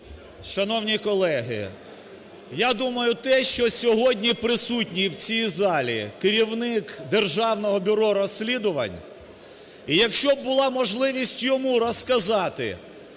Шановні колеги, я думаю те, що сьогодні присутній в цій залі керівник Державного бюро розслідування, і якщо б була можливість йому розказати,